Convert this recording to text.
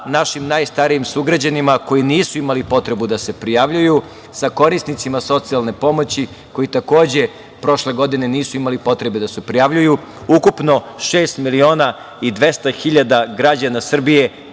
našim najstarijim sugrađanima koji nisu imali potrebu da se prijavljuju sa korisnicima socijalne pomoći koji, takođe prošle godine nisu imali potrebe da se prijavljuju, ukupno 6.200.000 građana Srbije